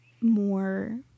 more